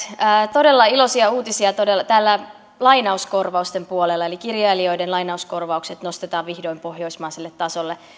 todella iloisia uutisia täällä lainauskorvausten puolella eli kirjailijoiden lainauskorvaukset nostetaan vihdoin pohjoismaiselle tasolle